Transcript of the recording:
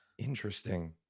Interesting